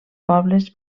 pobles